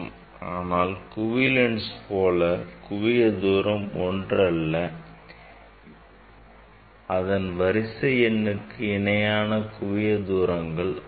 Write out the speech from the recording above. ஆனால் குவிலென்ஸ் போல் குவிய தூரம் ஒன்றல்ல அதன் வரிசை எண்ணுக்கு இணையான குவிய தூரங்கள் அமையும்